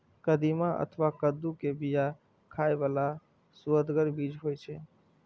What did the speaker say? कदीमा अथवा कद्दू के बिया खाइ बला सुअदगर बीज होइ छै